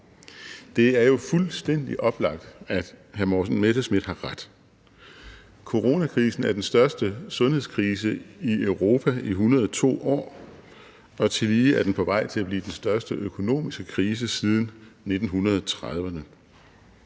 Det er jo fuldstændig oplagt, at hr. Morten Messerschmidt har ret. Coronakrisen er den største sundhedskrise i Europa i 102 år, og tillige er den på vej til at blive den største økonomiske krise siden 1930'erne.